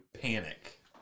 panic